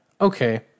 okay